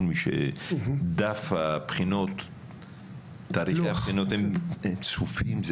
תאריכי הבחינות צפופים,